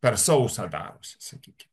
per sausa darosi sakyki